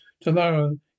Tomorrow